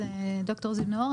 ד"ר זיו נאור,